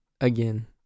again